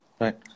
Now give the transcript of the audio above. Right